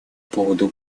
поводу